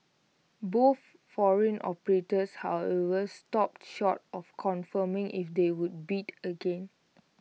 both foreign operators however stopped short of confirming if they would bid again